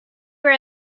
were